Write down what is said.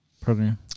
program